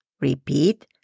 Repeat